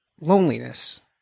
loneliness